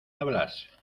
hablas